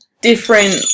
different